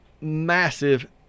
Massive